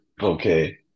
Okay